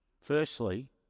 Firstly